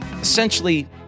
essentially